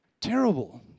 terrible